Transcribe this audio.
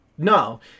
no